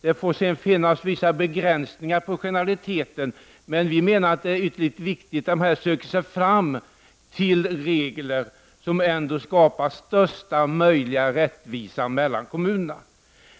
Det får finnas vissa begränsningar i generaliseringen, men det är ytterst viktigt att sådana regler införs som skapar största möjliga rättvisa mellan kommunerna.